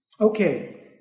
Okay